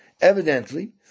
Evidently